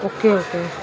okay okay